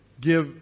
give